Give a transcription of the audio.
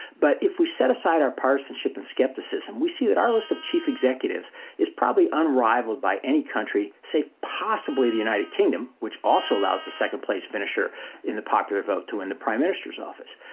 but if we set aside our partisanship and skepticism, we see that our list of chief executives is probably unrivaled by any country, say possibly the united kingdom, which also allows the second place finisher in the popular vote to win the prime minister's office.